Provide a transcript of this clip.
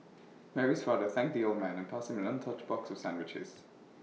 Mary's father thanked the old man and passed him an untouched box of sandwiches